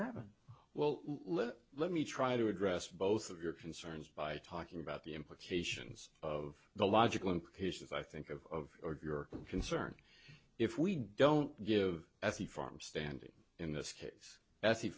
happen well let let me try to address both of your concerns by talking about the implications of the logical implications i think of your concern if we don't give at the farm standing in this case